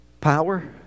power